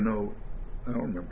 know i don't remember